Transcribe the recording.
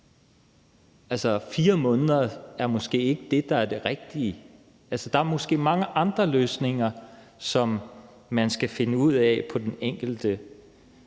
andre – 4 måneder er måske ikke det, der er det rigtige. Der er måske mange andre løsninger, som man skal finde på den enkelte